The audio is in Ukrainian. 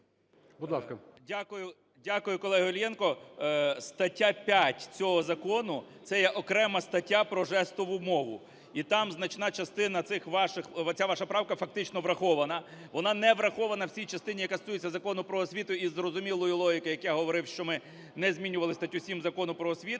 Дякую, колега Іллєнко. Стаття 5 цього закону – це є окрема стаття про жестову мову, і там значна частина цих ваших… ця ваша правка фактично врахована. Вона не врахована в тій частині, яка стосується Закону "Про освіту", із зрозумілою логікою, як я говорив, що ми не змінювали статтю 7 Закону "Про освіту".